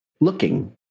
looking